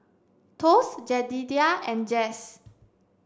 Thos Jedediah and Jax